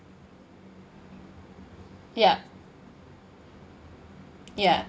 ya ya